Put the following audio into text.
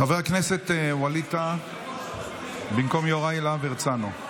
חבר הכנסת ווליד טאהא במקום יוראי להב הרצנו.